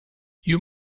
you